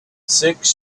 six